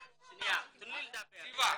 זיוה,